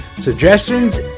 suggestions